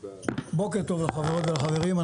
בוקר טוב לחברות ולחברים.